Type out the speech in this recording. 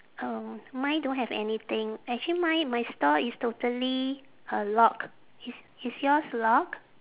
uh mine don't have anything actually mine my stall is totally uh lock is is yours lock